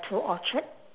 to orchard